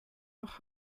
noch